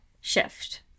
shift